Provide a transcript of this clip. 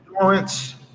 endurance